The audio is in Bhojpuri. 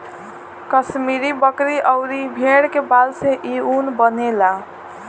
कश्मीरी बकरी अउरी भेड़ के बाल से इ ऊन बनेला